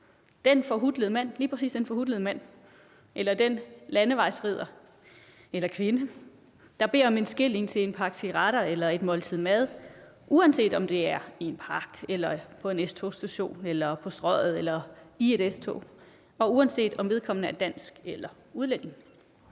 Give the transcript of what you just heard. den forhutlede mand eller den landevejsridder eller -kvinde, der beder om en skilling til en pakke cigaretter eller et måltid mad, uanset om det er i en park eller på en S-togsstation eller på Strøget eller i et S-tog, og uanset om vedkommende er dansk eller udlænding.